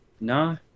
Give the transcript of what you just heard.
Nah